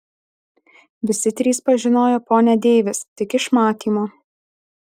visi trys pažinojo ponią deivis tik iš matymo